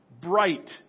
bright